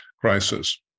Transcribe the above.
crisis